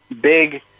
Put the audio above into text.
big